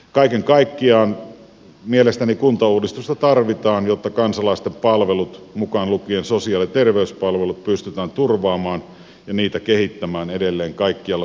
kaiken kaikkiaan mielestäni kuntauudistusta tarvitaan jotta kansalaisten palvelut mukaan lukien sosiaali ja terveyspalvelut pystytään turvaamaan ja niitä kehittämään edelleen kaikkialla suomessa